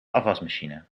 afwasmachine